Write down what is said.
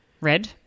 Red